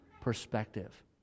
perspective